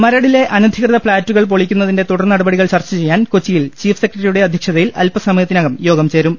മരടിലെ അനധികൃത ഫ്ളാറ്റുകൾ പൊളിക്കുന്നതിന്റെ തുടർ നടപടികൾ ചർച്ച ചെയ്യാൻ കൊച്ചിയിൽ ചീഫ് സെക്രട്ടറിയുടെ അധൃക്ഷതയിൽ അൽപസമയത്തിന കം യോഗം ചേരും